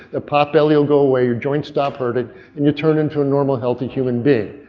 the potbelly will go away, your joints stop hurting and you turn into a normal, healthy human being.